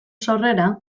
sorrera